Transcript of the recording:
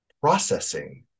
processing